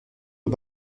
aux